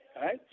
Right